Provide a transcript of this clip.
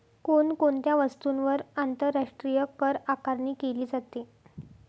कोण कोणत्या वस्तूंवर आंतरराष्ट्रीय करआकारणी केली जाते?